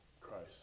Christ